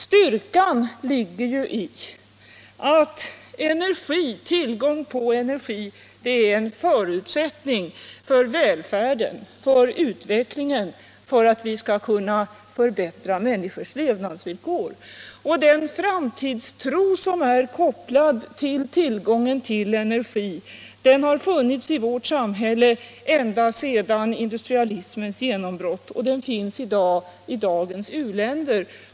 Styrkan ligger ju i att tillgång till energi är en förutsättning för välfärden, för utvecklingen, för att vi skall kunna förbättra människors levnadsvillkor. Den framtidstro som är kopplad till de möjligheter som energin ger har funnits i vårt samhälle ända sedan industrialismens genombrott, och den finns i dagens u-länder.